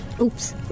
Oops